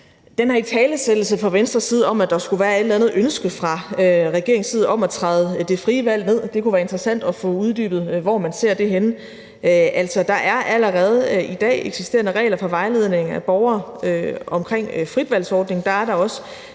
den her italesættelse fra Venstres side af, at der skulle være et eller andet ønske fra regeringens side om at træde det frie valg ned – og det kunne være interessant at få uddybet, hvor man ser det henne – at der allerede i dag er regler for vejledning af borgere om fritvalgsordningen.